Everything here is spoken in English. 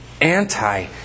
anti